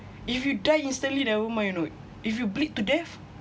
if you die instantly never mind you know if you bleed to death